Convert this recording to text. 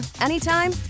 anytime